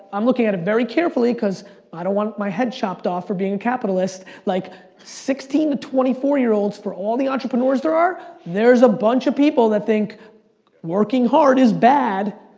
i'm looking at it very carefully cause i don't want my head chopped off for being a capitalist. like sixteen to twenty four year olds, for all the entrepreneurs there are, there's a bunch of people that think working hard is bad.